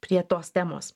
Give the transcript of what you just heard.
prie tos temos